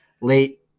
late